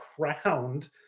crowned